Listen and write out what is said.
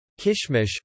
Kishmish